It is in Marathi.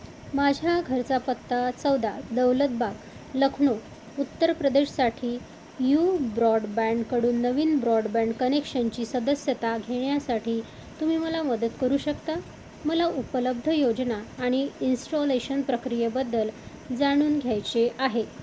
माझ्या घरचा पत्ता चौदा दौलत बाग लखनौ उत्तर प्रदेशसाठी यू ब्रॉडबँडकडून नवीन ब्रॉडबँड कनेक्शनची सदस्यता घेण्यासाठी तुम्ही मला मदत करू शकता मला उपलब्ध योजना आणि इन्स्टॉलेशन प्रक्रियेबद्दल जाणून घ्यायचे आहे